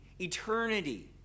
eternity